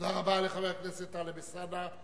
תודה רבה לחבר הכנסת טלב אלסאנע.